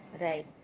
Right